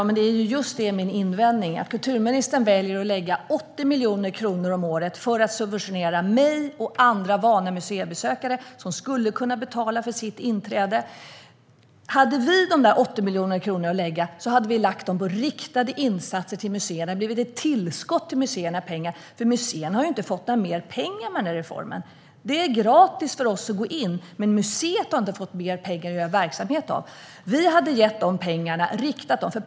Herr talman! Just detta är min invändning: Kulturministern väljer att lägga 80 miljoner kronor om året för att subventionera mig och andra vana museibesökare, som skulle kunna betala för sitt inträde. Hade vi haft dessa 80 miljoner kronor hade vi lagt dem på riktade insatser till museerna så att de hade fått ett tillskott av pengar. De har ju inte fått mer pengar genom denna reform. Det är gratis för oss att gå in, men museet har inte fått mer pengar till sin verksamhet. Vi hade riktat pengarna till museerna.